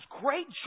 great